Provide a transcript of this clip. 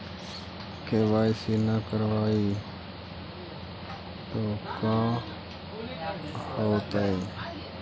KYC न करवाई तो का हाओतै?